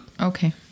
Okay